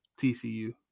TCU